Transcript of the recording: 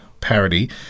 parody